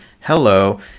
hello